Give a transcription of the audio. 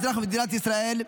אזרח מדינת ישראל,